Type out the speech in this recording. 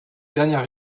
dernière